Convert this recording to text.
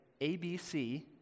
ABC